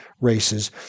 races